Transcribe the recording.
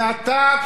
ואתה,